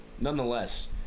nonetheless